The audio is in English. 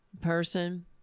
person